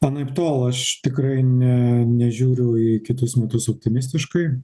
anaiptol aš tikrai ne nežiūriu į kitus metus optimistiškai